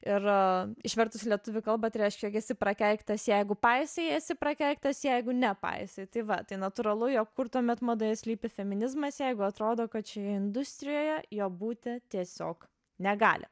ir išvertus į lietuvių kalbą tai reiškia jog esi prakeiktas jeigu paisai esi prakeiktas jeigu nepaisai tai va tai natūralu jog kur tuomet madoje slypi feminizmas jeigu atrodo kad šioje industrijoje jo būti tiesiog negali